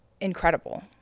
incredible